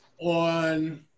on